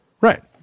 right